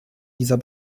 dieser